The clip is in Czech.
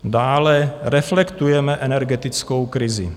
Dále reflektujeme energetickou krizi.